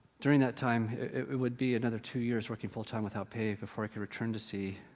during that time, it would be another two years working full-time without pay before i could return to sea.